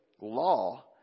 law